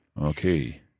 Okay